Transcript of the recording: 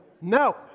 No